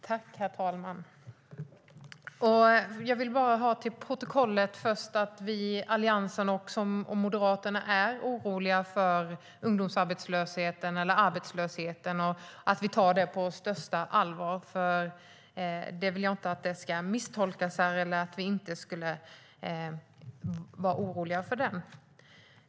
Herr talman! Jag vill först säga, för att det ska stå i protokollet, att vi moderater och Alliansen är oroliga för ungdomsarbetslösheten och arbetslösheten i övrigt och att vi tar den på största allvar. Jag vill inte att det ska misstolkas som att vi inte skulle vara oroliga för den.